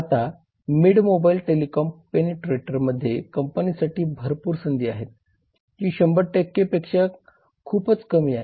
आता mid mobile telecom penetrator मध्ये कंपनीसाठी भरपूर संधी आहेत जी 100 पेक्षा खूपच कमी आहे